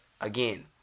again